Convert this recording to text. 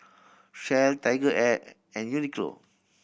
Shell TigerAir and Uniqlo